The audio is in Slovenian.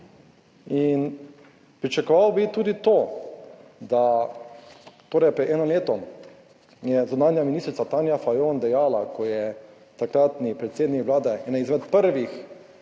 In pričakoval bi tudi to, da torej pred enim letom je zunanja ministrica Tanja Fajon dejala, ko je takratni predsednik Vlade, eden izmed prvih